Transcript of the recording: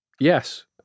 Yes